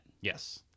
yes